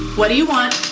what do you want?